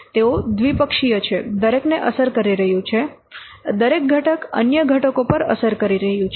તેઓ દ્વિપક્ષીય છે દરેકને અસર કરી રહ્યું છે દરેક ઘટક અન્ય ઘટકો પર અસર કરી રહ્યું છે